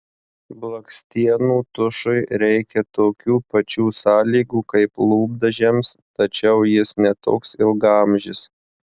blakstienų tušui reikia tokių pačių sąlygų kaip lūpdažiams tačiau jis ne toks ilgaamžis